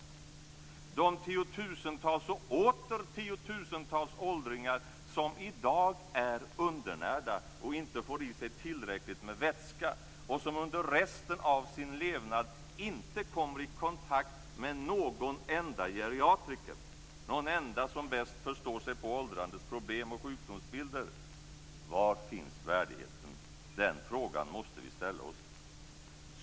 Hur skall det gå med de tiotusentals och åter tiotusentals åldringar som i dag är undernärda och inte får i sig tillräckligt med vätska och som under resten av sin levnad inte kommer i kontakt med någon enda geriatriker, någon enda som bäst förstår sig på åldrandets problem och sjukdomsbilder? Var finns värdigheten? Den frågan måste vi ställa oss.